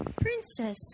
Princess